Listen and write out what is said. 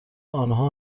آنها